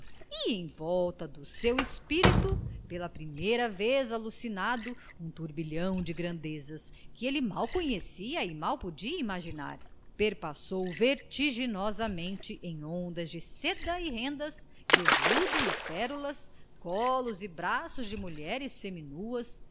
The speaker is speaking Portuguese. em volta do seu espírito pela primeira vez alucinado um turbilhão de grandezas que ele mal conhecia e mal podia imaginar perpassou vertiginosamente em ondas de seda e rendas velado e pérolas colos e braços de mulheres seminuas